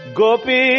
Gopi